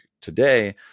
today